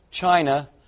China